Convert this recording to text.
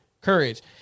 courage